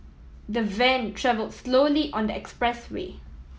the van travelled slowly on the expressway